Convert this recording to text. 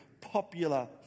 popular